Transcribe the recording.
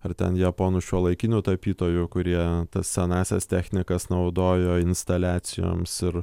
ar ten japonų šiuolaikinių tapytojų kurie tas senąsias technikas naudojo instaliacijoms ir